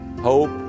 hope